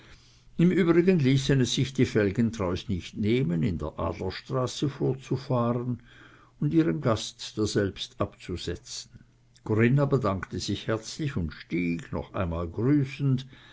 im übrigen ließen es sich die felgentreus nicht nehmen in der adlerstraße vorzufahren und ihren gast daselbst abzusetzen corinna bedankte sich herzlich und stieg noch einmal grüßend